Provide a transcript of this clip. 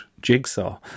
jigsaw